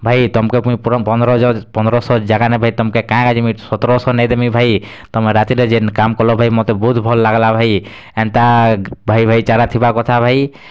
ଭାଇ ତମ୍କୁ ପୁଣି ପନ୍ଦର ହଜାର୍ ପନ୍ଦର୍ ଶହ ଜାଗାନେ ଭାଇ ତମ୍ କେ କାଣା ଯିମି ସତର ଶହ ନେଇ ଦେବି ଭାଇ ତମେ ରାତିଟା ଯେନ୍ କାମ୍ କଲ ଭାଇ ମୋତେ ବହୁତ୍ ଭଲ୍ ଲାଗଲା ଭାଇ ଏନ୍ତା ଭାଇ ଭାଇ ଚାରା ଥିବା କଥା ଭାଇ